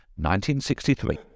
1963